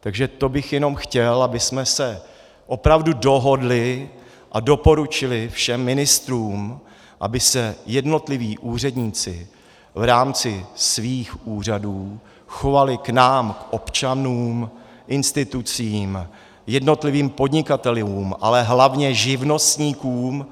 Takže to bych jenom chtěl, abychom se opravdu dohodli a doporučili všem ministrům, aby se jednotliví úředníci v rámci svých úřadů chovali k nám občanům, institucím, jednotlivým podnikatelům, ale hlavně živnostníkům